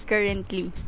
Currently